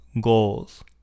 goals